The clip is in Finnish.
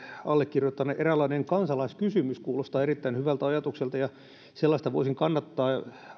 allekirjoittaneen eräänlainen kansalaiskysymys kuulostaa erittäin hyvältä ajatukselta ja sellaista voisin kannattaa